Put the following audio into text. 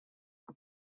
but